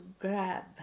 grab